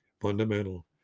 fundamental